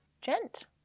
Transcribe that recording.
gent